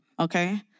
Okay